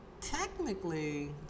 technically